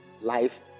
life